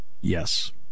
yes